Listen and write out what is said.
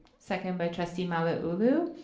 second by trustee malauulu.